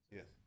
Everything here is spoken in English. Yes